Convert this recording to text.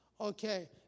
Okay